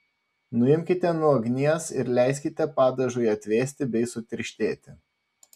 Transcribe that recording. nuimkite nuo ugnies ir leiskite padažui atvėsti bei sutirštėti